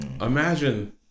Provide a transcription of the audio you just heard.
Imagine